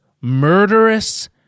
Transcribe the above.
murderous